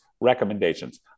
recommendations